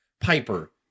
Piper